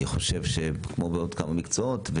ואני חושב שכמו בעוד כמה מקצועות,